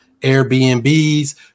Airbnb's